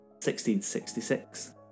1666